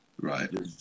Right